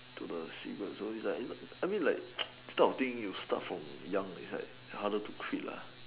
to the cigarettes all these like I mean like these type of things you start from young it's like harder to quit lah